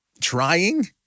trying